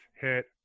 hit